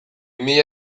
mila